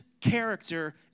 character